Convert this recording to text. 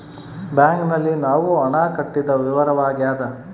bank ನಲ್ಲಿ ನಾವು ಹಣ ಕಟ್ಟಿದ ವಿವರವಾಗ್ಯಾದ